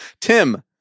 Tim